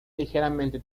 ligeramente